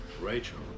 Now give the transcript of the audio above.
Rachel